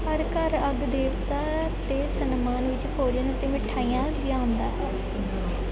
ਹਰ ਘਰ ਅੱਗ ਦੇਵਤਾ ਦੇ ਸਨਮਾਨ ਵਿੱਚ ਭੋਜਨ ਅਤੇ ਮਿਠਾਈਆਂ ਲਿਆਉਂਦਾ ਹੈ